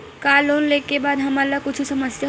का लोन ले के बाद हमन ला कुछु समस्या होही?